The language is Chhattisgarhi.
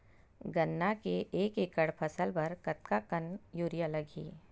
गन्ना के एक एकड़ फसल बर कतका कन यूरिया लगही?